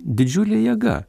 didžiulė jėga